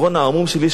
יש כל מיני מנהיגים,